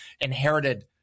inherited